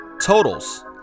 totals